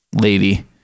lady